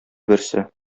берсе